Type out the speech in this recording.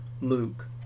Luke